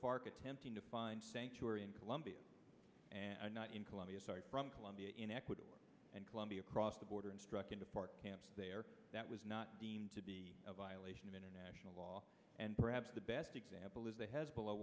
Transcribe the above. park attempting to find sanctuary in colombia and not in colombia sorry from colombia in ecuador and colombia across the border and struck into port camps there that was not deemed to be a violation of international law and perhaps the best example is the hezbollah